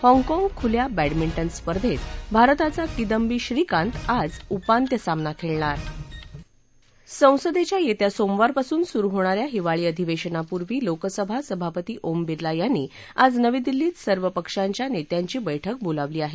हाँगकाँग खुल्या बँडमिटन स्पर्धेत भारताचा किदंबी श्रीकांत आज उपांत्य सामना खेळणार संसदेच्या येत्या सोमवारपासून सुरु होणाऱ्या हिवाळी अधिवेशनापूर्वी लोकसभा सभापती ओम बिरला यांनी काल नवी दिल्लीत सर्वपक्षांच्या नेत्यांची बैठक बोलावली आहे